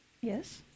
Yes